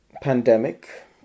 pandemic